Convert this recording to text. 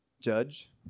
judge